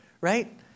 right